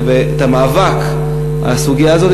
את המאבק על הסוגיה הזאת,